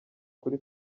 kuri